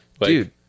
Dude